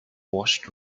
washed